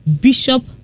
Bishop